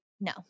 No